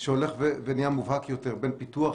והולך ונהיה מובהק יותר בין פיתוח